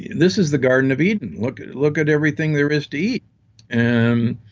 this is the garden of eden, look at look at everything there is to eat. and